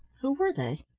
who were they?